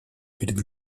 перед